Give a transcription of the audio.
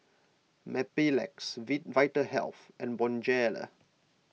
Mepilex Vitahealth and Bonjela